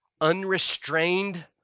unrestrained